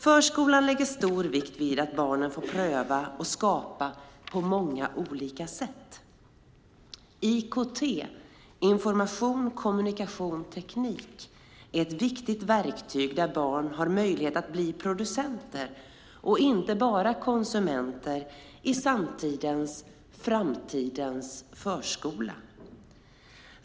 "Förskolan lägger stor vikt vid att barnen får pröva och skapa på många olika sätt. IKT är ett viktigt verktyg där barn har möjlighet att bli producenter och inte bara konsumenter i samtidens/framtidens förskola.